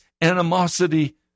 animosity